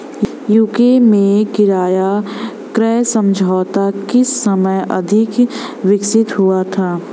UK में किराया क्रय समझौता किस समय अधिक विकसित हुआ था?